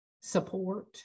support